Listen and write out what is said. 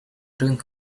doing